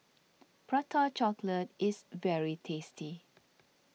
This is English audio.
Prata Chocolate is very tasty